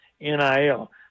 NIL